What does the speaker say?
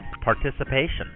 participation